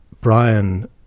Brian